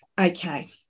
okay